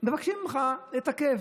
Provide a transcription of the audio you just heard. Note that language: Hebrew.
מבקשים ממך לתקף.